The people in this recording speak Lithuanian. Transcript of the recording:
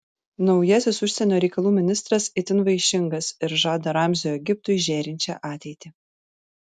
naujasis užsienio reikalų ministras itin vaišingas ir žada ramzio egiptui žėrinčią ateitį